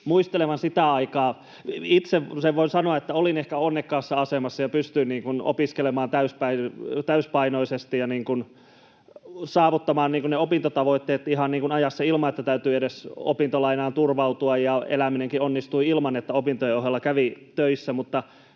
muistelevan sitä aikaa. Itse voin sanoa sen, että olin ehkä onnekkaassa asemassa ja pystyin opiskelemaan täysipainoisesti ja saavuttamaan ne opintotavoitteet ihan ajassa ilman, että täytyi edes opintolainaan turvautua, ja eläminenkin onnistui ilman, että opintojen ohella kävi töissä.